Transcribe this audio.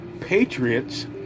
Patriots